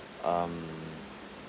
um